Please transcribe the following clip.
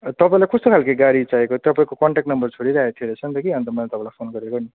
तपाईँलाई कस्तो खालके गाडी चाहिएको तपाईँको कन्ट्याक्ट नम्बर छोडिरहेको थियो रहेछ कि अन्त मैले तपाईँलाई फोन गरेको नि